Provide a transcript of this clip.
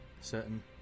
certain